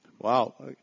Wow